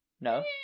No